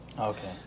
Okay